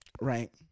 right